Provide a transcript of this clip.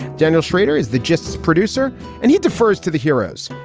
daniel schrader is the justice producer and he defers to the heroes.